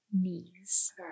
knees